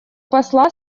посла